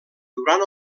durant